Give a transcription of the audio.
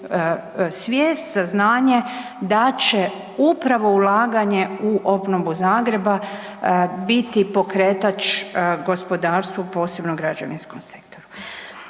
svijest, saznanje da će upravo ulaganje u obnovu Zagreba biti pokretač gospodarstvu, posebno građevinskom sektoru.